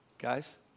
Guys